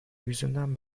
yüzünden